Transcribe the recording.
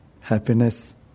happiness